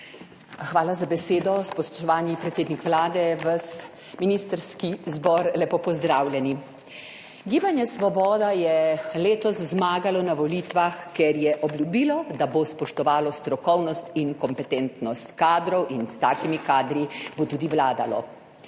Hvala za besedo. Spoštovani predsednik Vlade, ves ministrski zbor, lepo pozdravljeni! Gibanje Svoboda je letos zmagalo na volitvah, ker je obljubilo, da bo spoštovalo strokovnost in kompetentnost kadrov in s takimi kadri bo tudi vladalo.